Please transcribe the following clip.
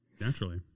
Naturally